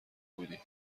بودی